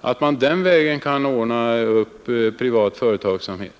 att man den vägen kan ordna upp privat företagsamhet.